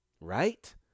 right